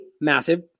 massive